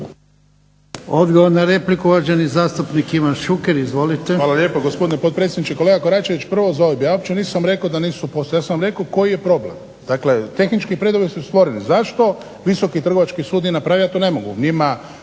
Odgovor na repliku, uvaženi zastupnik Ivan Šuker. Izvolite. **Šuker, Ivan (HDZ)** Hvala lijepo gospodine potpredsjedniče. Kolega Koračević, prvo za OIB. Ja uopće nisam rekao da nisu …/Govornik se ne razumije./…, ja sam rekao koji je problem. Dakle tehnički preduvjeti su stvoreni. Zašto Visoki trgovački sud nije napravio ja to ne mogu njima,